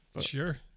Sure